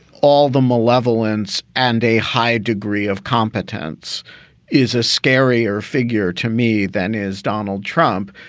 all the malevolence and a high degree of competence is a scarier figure to me than is donald trump.